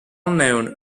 known